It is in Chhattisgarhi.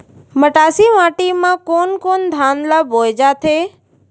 मटासी माटी मा कोन कोन धान ला बोये जाथे?